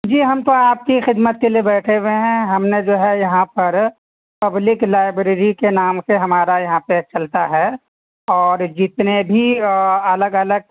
جی ہم تو آپ کی خدمت کے لیے بیٹھے ہوئے ہیں ہم نے جو ہے یہاں پر پبلک لائبریری کے نام سے ہمارا یہاں پہ چلتا ہے اور جتنے بھی الگ الگ